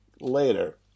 later